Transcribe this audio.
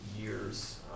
years